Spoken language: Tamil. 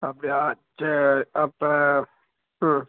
அப்படியா சரி அப்போ ம்